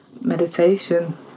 Meditation